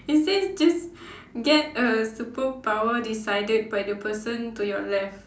it says just get a superpower decided by the person to your left